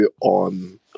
on